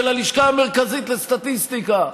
של הלשכה המרכזית לסטטיסטיקה,